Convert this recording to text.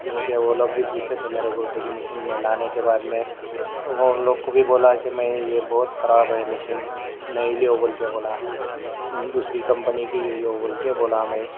کیونکہ وہ لوگ بھی پوچھے تھے میرے کو ڈرل مشین میں لانے کے بعد میں تو میں ان لوگ کو بھی بولا کہ میں یہ بہت خراب ہے مشین نہیں لیو بول کے بولا دوسری کمپنی کی لیو بول کے بولا میں